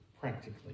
practically